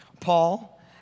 Paul